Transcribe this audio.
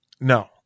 No